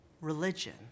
religion